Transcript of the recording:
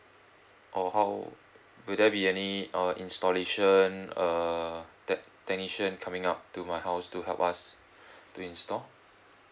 or how will there be any uh installation err that technician coming up to my house to help us to install